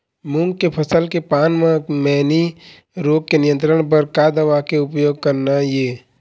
मूंग के फसल के पान म मैनी रोग के नियंत्रण बर का दवा के उपयोग करना ये?